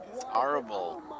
horrible